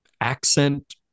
accent